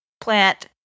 plant